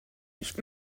nicht